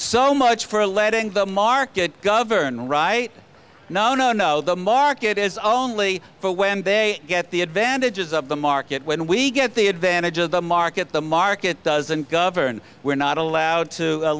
so much for letting the market govern right no no no the market is only for when they get the advantages of the market when we get the advantage of the market the market doesn't govern we're not allowed to